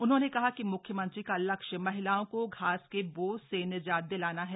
उन्होंने कहा कि मुख्यमंत्री का लक्ष्य महिलाओं को घास के बोझ से निजात दिलाना है